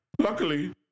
Luckily